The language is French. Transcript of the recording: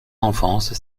enfance